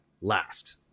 last